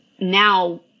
now